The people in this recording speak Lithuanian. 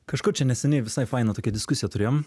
kažkur čia neseniai visai fainą tokią diskusiją turėjom